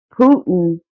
Putin